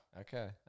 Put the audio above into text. Okay